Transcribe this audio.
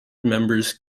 members